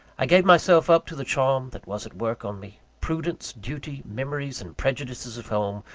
i gave myself up to the charm that was at work on me. prudence, duty, memories and prejudices of home,